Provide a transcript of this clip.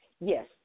Yes